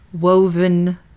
woven